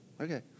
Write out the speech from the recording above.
Okay